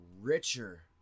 richer